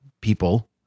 people